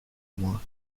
moi